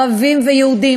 ערבים ויהודים,